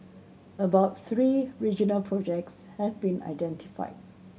about three regional projects have been identified